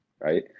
right